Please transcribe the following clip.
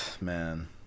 man